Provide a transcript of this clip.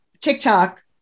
TikTok